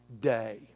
day